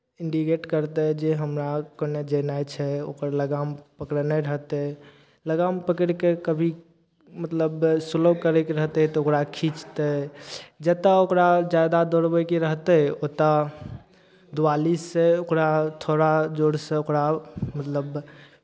indicate करतै जे हमरा केन्नऽ जेनाइ छै ओकर लगाम पकड़ने रहतै लगाम पकड़ि कऽ कभी मतलब स्लो करयके रहतै तऽ ओकरा घिचतै जतय ओकरा जादा दौड़बयके रहतै ओतय दुआलीसँ ओकरा थोड़ा जोरसँ ओकरा मतलब